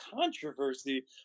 controversy